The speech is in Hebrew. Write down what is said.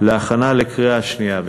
העבודה והרווחה, להכנה לקריאה שנייה ושלישית.